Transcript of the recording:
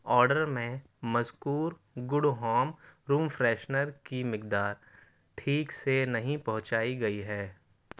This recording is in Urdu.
آرڈر میں مذکور گوڈ ہوم روم فریشنر کی مقدار ٹھیک سے نہیں پہنچائی گئی ہے